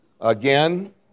again